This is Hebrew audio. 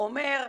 זאת אומרת,